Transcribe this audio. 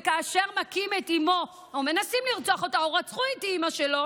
וכאשר מכים את אימו או מנסים לרצוח אותה או רצחו את אימא שלו